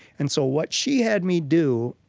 and so what she had me do,